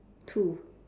two